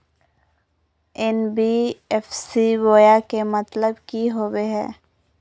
NBFC बोया के मतलब कि होवे हय?